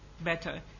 better